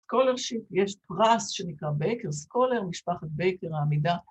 ‫קולרשיט, יש פרס שנקרא ‫בייקר סקולר, משפחת בייקר העמידה.